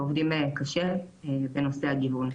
ועובדים קשה בנושא הגיוון.